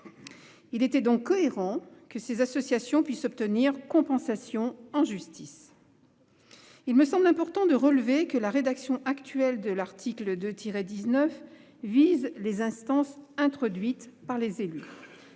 Il était donc cohérent que ces associations puissent obtenir compensation en justice. Il me semble important de relever que la rédaction actuelle de l'article 2-19 vise les « instances introduites » par les élus.